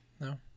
no